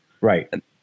Right